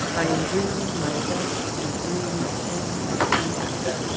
i am doing my best to breathe in and out.